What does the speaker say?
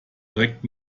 direkt